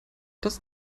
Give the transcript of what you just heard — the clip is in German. das